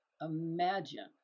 Imagine